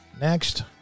Next